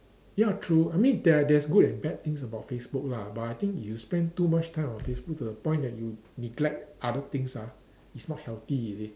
ya true I mean there there is good and bad things about Facebook lah but I think if you spend too much time on Facebook to the point that you neglect other things ah it's not healthy you see